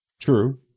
true